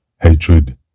Hatred